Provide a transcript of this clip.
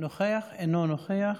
אינו נוכח,